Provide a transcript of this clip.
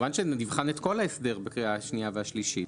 כמובן שנבחן את כל ההסדר בקריאה השנייה והשלישית,